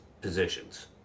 positions